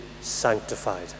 sanctified